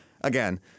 again